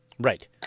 Right